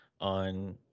on